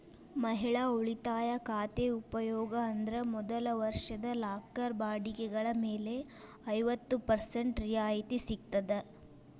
ಮಹಿಳಾ ಉಳಿತಾಯ ಖಾತೆ ಉಪಯೋಗ ಅಂದ್ರ ಮೊದಲ ವರ್ಷದ ಲಾಕರ್ ಬಾಡಿಗೆಗಳ ಮೇಲೆ ಐವತ್ತ ಪರ್ಸೆಂಟ್ ರಿಯಾಯಿತಿ ಸಿಗ್ತದ